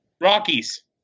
Rockies